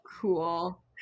Cool